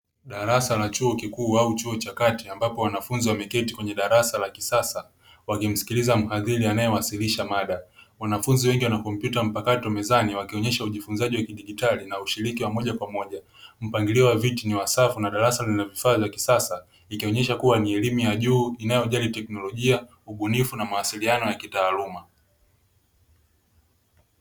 Darasa la chuo kikuu au chuo cha kati ambapo wanafunzi wameketi kwenye darasa la kisasa wakimsikiliza mhadhiri anayewasilisha mada. Wanafunzi wengi wana kompyuta mpakato mezani wakionyesha ujifunzaji wa kidijitali na ushiriki wa moja kwa moja. Mpangilio wa viti ni wasafu na darasa lina vifaa vya kisasa ikionyesha kuwa ni elimu ya juu inayojali teknolojia, ubunifu na mawasiliano ya kitaaluma.